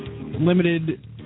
Limited